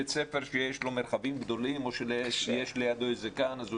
בית ספר שיש לו מרחבים גדולים או שיש לידו איזשהו גן יכול